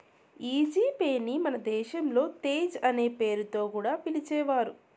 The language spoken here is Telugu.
ఈ జీ పే ని మన దేశంలో తేజ్ అనే పేరుతో కూడా పిలిచేవారు